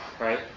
right